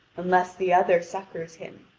unless the other succours him.